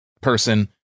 person